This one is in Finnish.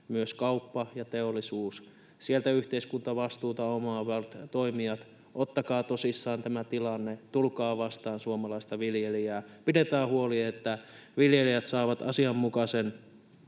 myös kauppa ja teollisuus, sieltä yhteiskuntavastuuta omaavat toimijat, ottakaa tosissaan tämä tilanne, tulkaa vastaan suomalaista viljelijää, pidetään huoli, että viljelijät saavat asianmukaisen